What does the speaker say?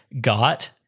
got